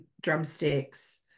drumsticks